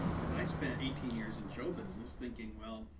because i spent eighteen years in show business thinking, well,